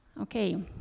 Okay